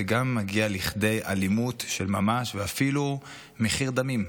זה גם מגיע לכדי אלימות של ממש ואפילו למחיר דמים,